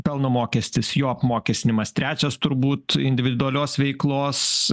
pelno mokestis jo apmokestinimas trečias turbūt individualios veiklos